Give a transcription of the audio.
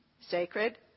sacred